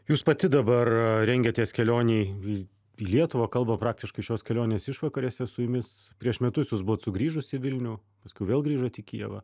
jūs pati dabar rengiatės kelionei į lietuvą kalba praktiškai šios kelionės išvakarėse su jumis prieš metus jūs buvot sugrįžus į vilnių paskui vėl grįžote į kijevą